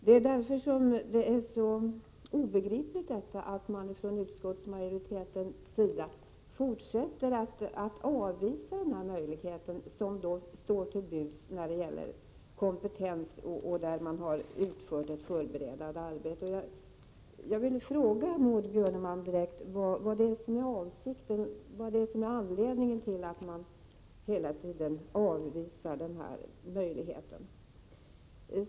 Det är därför som det är så obegripligt att utskottsmajoriteten fortsätter att avvisa den möjlighet som står till buds när det gäller kompetens, där det har utförts ett förberedande arbete. Jag vill direkt fråga Maud Björnemalm vad anledningen är till att utskottsmajoriteten hela tiden avvisar denna möjlighet.